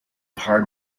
hard